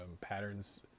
patterns